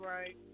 right